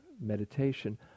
meditation